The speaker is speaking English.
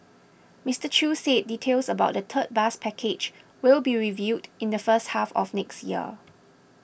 Mister Chew said details about the third bus package will be revealed in the first half of next year